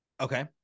okay